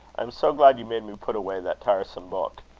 am so glad you made me put away that tiresome book.